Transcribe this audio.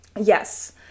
yes